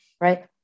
right